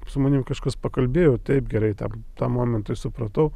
su manim kažkas pakalbėjo taip gerai tam tam momentui supratau